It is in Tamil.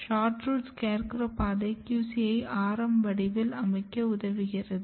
SHORTROOT SCARECROW பாதை QC யை ஆரம் வடிவில் அமைக்க உதவுகிறது